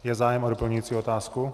Je zájem o doplňující otázku?